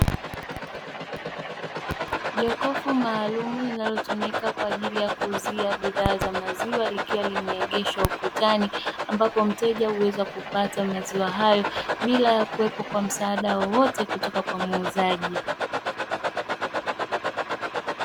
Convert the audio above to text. Jokofu maalum inayotumika kwa ajili ya kuuzia bidhaa za maziwa, likiwa limeegeshwa ukutani ambapo mteja huweza kupata maziwa hayo bila ya kuwepo kwa msaada wowote kutoka kwa muuzaji.